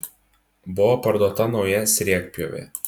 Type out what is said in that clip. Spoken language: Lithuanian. buvo parduota nauja sriegpjovė